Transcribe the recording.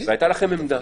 והייתה לכם עמדה.